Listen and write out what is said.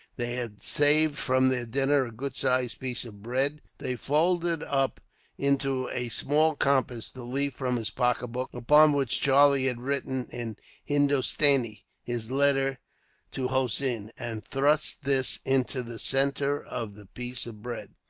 they had saved, from their dinner, a good-sized piece of bread. they folded up into a small compass the leaf from his pocketbook, upon which charlie had written in hindostanee his letter to hossein, and thrust this into the centre of the piece of bread.